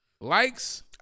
Likes